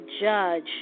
judge